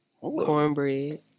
cornbread